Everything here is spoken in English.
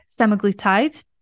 semaglutide